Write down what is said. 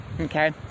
okay